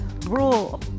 Rule